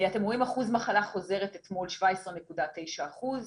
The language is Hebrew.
אתם רואים אחוז מחלה חוזרת: אתמול 17.9 אחוז,